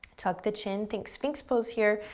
tuck the chin, think sphynx pose here,